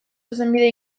zuzenbide